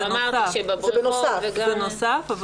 זה נוסף.